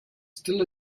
still